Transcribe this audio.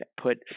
put